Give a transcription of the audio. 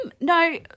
no